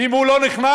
אם הוא לא נכנס,